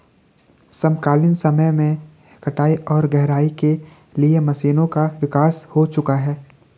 समकालीन समय में कटाई और गहराई के लिए मशीनों का विकास हो चुका है